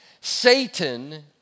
Satan